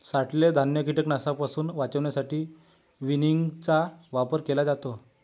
साठवलेले धान्य कीटकांपासून वाचवण्यासाठी विनिंगचा वापर केला जातो